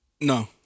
No